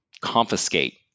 confiscate